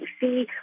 see